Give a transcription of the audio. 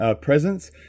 presence